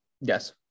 Yes